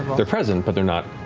they're present, but they're not,